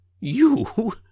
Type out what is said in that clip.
You